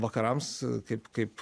vakarams kaip kaip